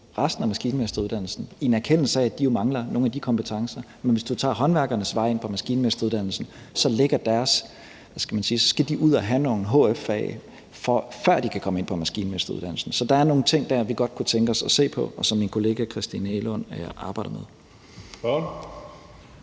resten af maskinmesteruddannelsen, og det er i en erkendelse af, at de jo mangler nogle af de kompetencer. Men når det gælder håndværkernes vej ind på maskinmesteruddannelsen, skal de ud og have nogle hf-fag, før de kan komme ind på maskinmesteruddannelsen. Så der er nogle ting der, vi godt kunne tænke os at se på, og som min kollega uddannelses-